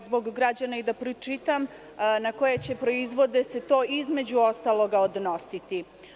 Zbog građana ću da pročitam na koje proizvode će se to, između ostalog, odnositi.